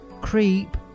Creep